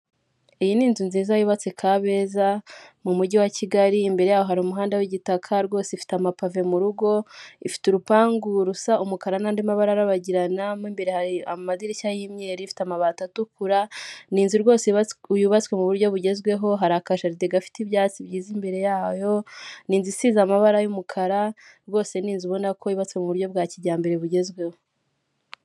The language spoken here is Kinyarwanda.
Iyi ni inzu nziza yubatse kabeza mu mujyi wa Kigali imbere hari umuhanda w'igitaka rwose ifite amapave mu rugo ifite urupangu rusa umukara n'andi mabarabagiranamo imbere hari amadirishya y'imye ifite amabati atukura ni inzu yubatswe mu buryo bugezweho, hari akajarite gafite ibyatsi byiza imbere yayo ni inzu isize amabara y'umukara rwose nizu ubona ko yubatse mu buryo bwa kijyambere bugezweho.